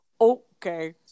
Okay